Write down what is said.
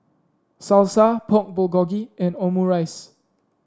Salsa Pork Bulgogi and Omurice